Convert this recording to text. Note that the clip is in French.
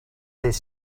des